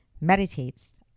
meditates